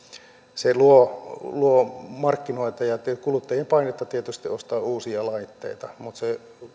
se luo luo markkinoita ja tietysti kuluttajien paineita ostaa uusia laitteita mutta se